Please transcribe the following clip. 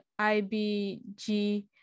IBG